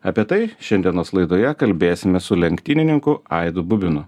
apie tai šiandienos laidoje kalbėsimės su lenktynininku aidu bubinu